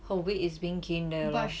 her weight is being gained there lor